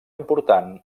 important